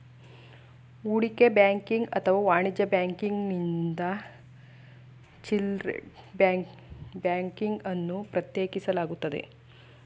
ಹೂಡಿಕೆ ಬ್ಯಾಂಕಿಂಗ್ ಅಥವಾ ವಾಣಿಜ್ಯ ಬ್ಯಾಂಕಿಂಗ್ನಿಂದ ಚಿಲ್ಡ್ರೆ ಬ್ಯಾಂಕಿಂಗ್ ಅನ್ನು ಪ್ರತ್ಯೇಕಿಸಲಾಗುತ್ತೆ